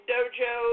Dojo